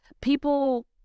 people